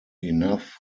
enough